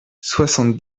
soixante